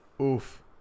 Oof